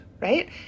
right